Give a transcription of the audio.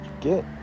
get